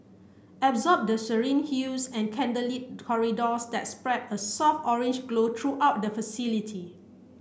absorb the serene hues and candlelit corridors that spread a soft orange glow throughout the facility